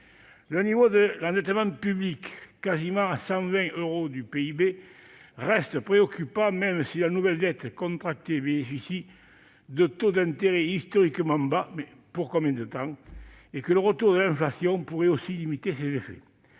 Le niveau de l'endettement public, quasiment à 120 % du PIB, reste préoccupant, même si la nouvelle dette contractée bénéficie de taux d'intérêt historiquement bas- mais pour combien de temps ? -et que le retour de l'inflation pourrait aussi limiter ses effets.